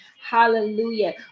hallelujah